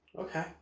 Okay